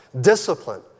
discipline